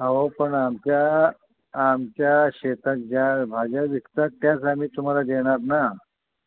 अहो पण आमच्या आमच्या शेतात ज्या भाज्या विकतात त्याच आम्ही तुम्हाला देणार ना